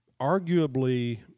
arguably